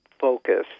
focus